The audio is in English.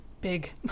big